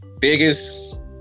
biggest